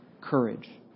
courage